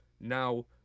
now